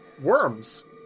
worms